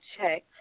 check